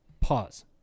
Pause